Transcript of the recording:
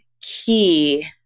key